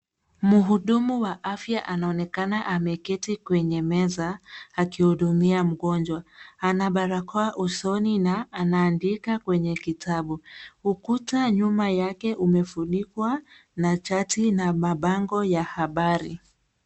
Mhudumu wa afya anaonekana ameketi kwenye meza, akihudumia mgonjwa. Ana barakoa usoni na anandika kwenye kitabu. Ukuta nyuma yake umefunikwa na chati na mabango ya habari.